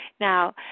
Now